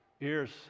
ears